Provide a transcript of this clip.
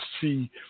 see